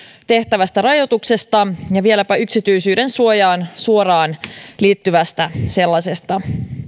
tehtävästä rajoituksesta ja vieläpä yksityisyydensuojaan suoraan liittyvästä sellaisesta